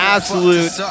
Absolute